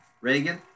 Reagan